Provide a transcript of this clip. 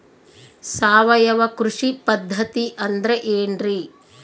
ಸಾವಯವ ಕೃಷಿ ಪದ್ಧತಿ ಅಂದ್ರೆ ಏನ್ರಿ?